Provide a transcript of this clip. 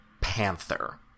panther